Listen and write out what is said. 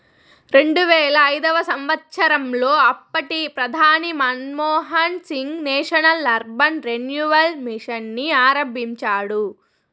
రెండువేల ఐదవ సంవచ్చరంలో అప్పటి ప్రధాని Manmohan Singh national urban renewal mission ని ఆరంభించినాడు